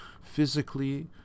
Physically